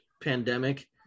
pandemic